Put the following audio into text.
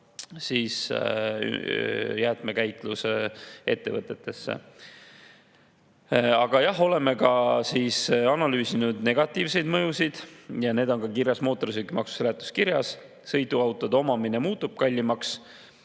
viima jäätmekäitlusettevõtetesse. Aga jah, oleme ka analüüsinud negatiivseid mõjusid ja need on kirjas mootorsõidukimaksu [seaduse eelnõu] seletuskirjas. Sõiduautode omamine muutub kallimaks,